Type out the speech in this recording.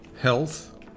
health